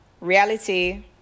reality